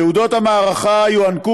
תעודות המערכה יוענקו,